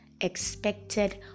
expected